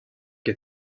qué